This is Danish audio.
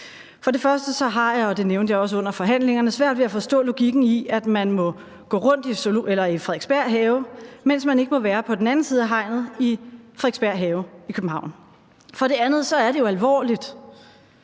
forhandlingerne – svært ved at forstå logikken i, at man må gå rundt i Frederiksberg Have, mens man ikke må være på den anden side af hegnet i Frederiksberg Have i København. For det andet er det alvorligt,